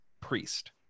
priest